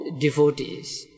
devotees